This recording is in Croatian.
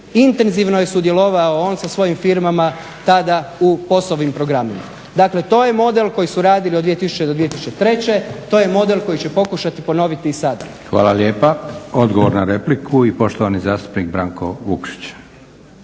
Intenzivno je sudjelovao on sa svojim firmama tada u POS-ovim programima. Dakle, to je model koji su radili od 2000. do 2003. To je model koji će pokušati ponoviti i sada. **Leko, Josip (SDP)** Hvala lijepa. Odgovor na repliku i poštovani zastupnik Branko Vukšić.